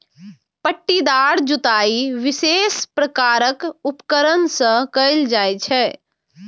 पट्टीदार जुताइ विशेष प्रकारक उपकरण सं कैल जाइ छै